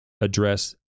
address